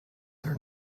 are